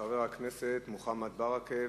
חבר הכנסת מוחמד ברכה.